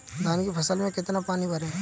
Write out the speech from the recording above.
धान की फसल में कितना पानी भरें?